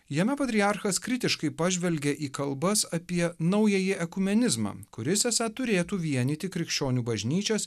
jame patriarchas kritiškai pažvelgė į kalbas apie naująjį ekumenizmą kuris esą turėtų vienyti krikščionių bažnyčios